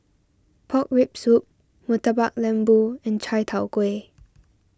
Pork Rib Soup Murtabak Lembu and Chai Tow Kuay